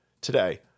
today